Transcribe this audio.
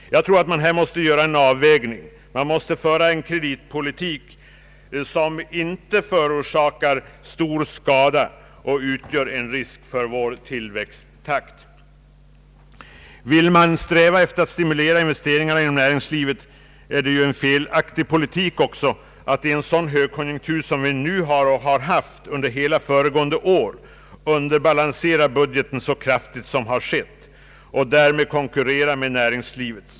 Jag tror att man här måste göra en avvägning. Man måste föra en kreditpolitik som inte orsakar skada och utgör en risk för vår tillväxttakt. Vill man sträva efter att stimulera investeringarna inom näringslivet är det en felaktig politik att i en sådan högkonjunktur som vi nu har och har haft under hela föregående år underbalansera budgeten så kraftigt som skett och därmed konkurrera med näringslivet.